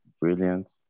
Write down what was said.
brilliant